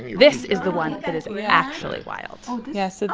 this is the one that is actually wild oh, yeah so